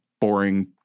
boring